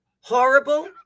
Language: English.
horrible